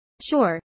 Sure